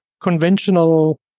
conventional